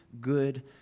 good